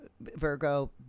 Virgo